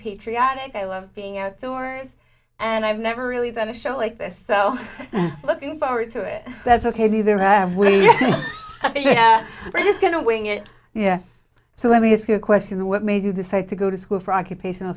patriotic i love being outdoors and i've never really done a show like this so looking forward to it that's ok neither have when you were just going to wing it yeah so let me ask you a question the what made you decide to go to school for occupational